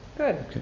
Good